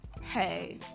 hey